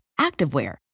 activewear